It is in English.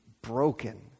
broken